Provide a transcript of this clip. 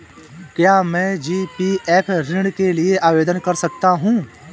क्या मैं जी.पी.एफ ऋण के लिए आवेदन कर सकता हूँ?